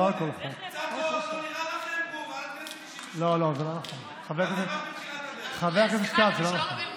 על כל חוק אתם מפעילים סעיף 98. קצת לא נראה לכם,